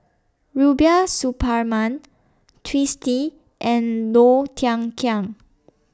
Rubiah Suparman Twisstii and Low Thia Khiang